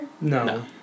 No